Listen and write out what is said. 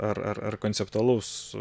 ar ar konceptualus